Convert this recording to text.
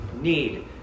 need